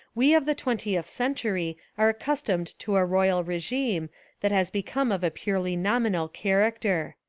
we of the twen tieth century are accustomed to a royal regime that has become of a purely nominal character.